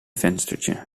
venstertje